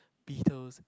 Beetles